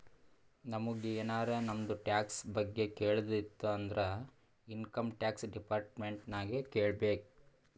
ನಮುಗ್ ಎನಾರೇ ನಮ್ದು ಟ್ಯಾಕ್ಸ್ ಬಗ್ಗೆ ಕೇಳದ್ ಇತ್ತು ಅಂದುರ್ ಇನ್ಕಮ್ ಟ್ಯಾಕ್ಸ್ ಡಿಪಾರ್ಟ್ಮೆಂಟ್ ನಾಗೆ ಕೇಳ್ಬೇಕ್